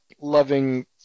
Loving